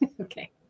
Okay